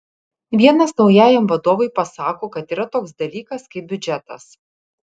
vienas naujajam vadovui pasako kad yra toks dalykas kaip biudžetas